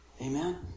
amen